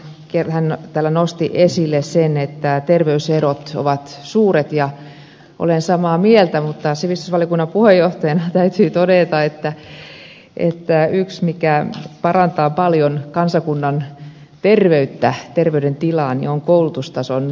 hän täällä nosti esille sen että terveyserot ovat suuret ja olen samaa mieltä mutta sivistysvaliokunnan puheenjohtajana täytyy todeta että yksi mikä parantaa paljon kansakunnan terveyttä terveydentilaa on koulutustason nosto